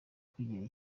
kwigirira